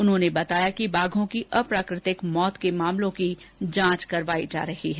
उन्होंने बताया कि बाघों की अप्राकृतिक मौत के मामलों की जांच करवाई जा रही है